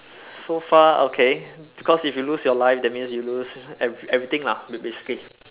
so far okay because if you lose your life that means you lose every~ everything lah ba~ basically